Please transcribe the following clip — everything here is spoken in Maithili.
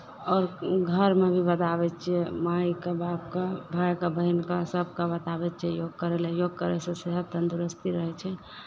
आओर घरमे भी बताबै छियै मायकेँ बापकेँ भायकेँ बहीनकेँ सभकेँ बताबै छियै योग करय लेल योग करयसँ सेहत तन्दुरुस्ती रहै छै